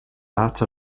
that